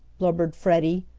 blubbered freddie.